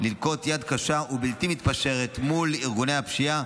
לנקוט יד קשה ובלתי מתפשרת מול ארגוני הפשיעה,